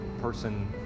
person